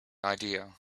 idea